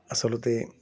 আচলতে